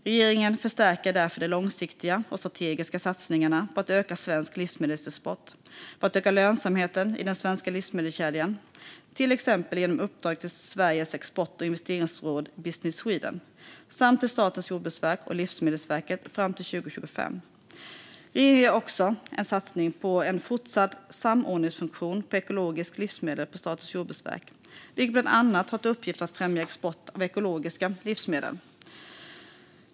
Regeringen förstärker därför de långsiktiga och strategiska satsningarna på att öka svensk livsmedelsexport för att öka lönsamheten i den svenska livsmedelskedjan, till exempel genom uppdrag till Sveriges export och investeringsråd, Business Sweden, samt till Statens jordbruksverk och Livsmedelsverket fram till 2025. Regeringen gör också en satsning på en fortsatt samordningsfunktion för ekologiska livsmedel på Statens jordbruksverk, vilken bland annat har till uppgift att främja export av ekologiska livsmedel.